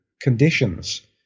conditions